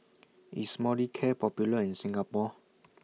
IS Molicare Popular in Singapore